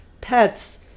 pets